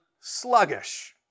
sluggish